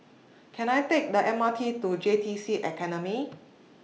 Can I Take The M R T to J T C Academy